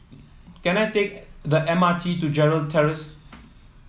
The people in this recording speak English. can I take the M R T to Gerald Terrace